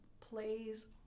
plays